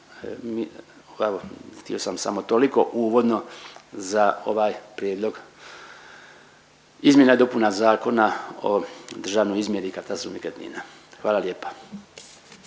htio sam samo toliko uvodno za ovaj Prijedlog izmjena i dopuna Zakona o državnoj izmjeri i katastru nekretnina. Hvala lijepa.